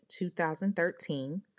2013